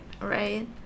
right